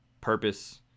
purpose